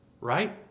right